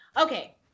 Okay